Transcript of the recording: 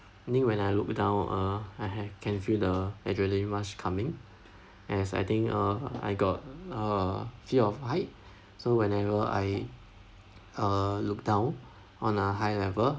I think when I looked down uh I ha~ can feel the adrenaline rush coming as I think uh I got uh fear of height so whenever I uh look down on a high level